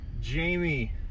Jamie